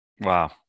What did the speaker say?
Wow